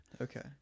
Okay